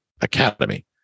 Academy